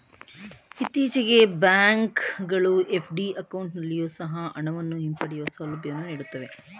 ಇತ್ತೀಚೆಗೆ ಬ್ಯಾಂಕ್ ಗಳು ಎಫ್.ಡಿ ಅಕೌಂಟಲ್ಲಿಯೊ ಸಹ ಹಣವನ್ನು ಹಿಂಪಡೆಯುವ ಸೌಲಭ್ಯವನ್ನು ನೀಡುತ್ತವೆ